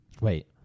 Wait